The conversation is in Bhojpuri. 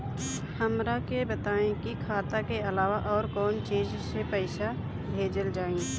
हमरा के बताई की खाता के अलावा और कौन चीज से पइसा भेजल जाई?